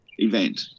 event